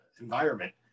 environment